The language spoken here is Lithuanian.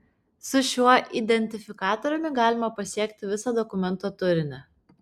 su šiuo identifikatoriumi galima pasiekti visą dokumento turinį